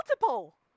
multiple